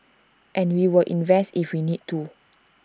and we will invest if we need to